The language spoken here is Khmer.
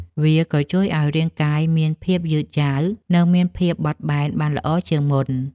វាក៏ជួយឱ្យរាងកាយមានភាពយឺតយ៉ាវ និងមានភាពបត់បែនបានល្អជាងមុន។